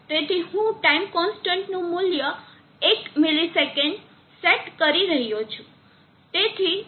તેથી હું time constant નું મૂલ્ય એક મિલિસેકન્ડ સેટ કરી રહ્યો છું